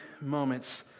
moments